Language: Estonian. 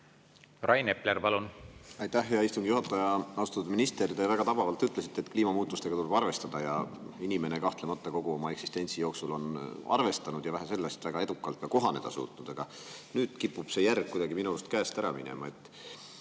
Rain Epler, palun! Aitäh, hea istungi juhataja! Austatud minister! Te väga tabavalt ütlesite, et kliimamuutustega tuleb arvestada, ja inimene on kahtlemata kogu oma eksistentsi jooksul arvestanud ja vähe sellest, väga edukalt ka kohaneda suutnud. Aga nüüd kipub see järg minu arust kuidagi käest ära minema.